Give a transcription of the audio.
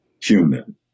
human